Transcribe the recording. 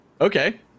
okay